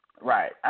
Right